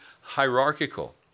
hierarchical